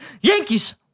Yankees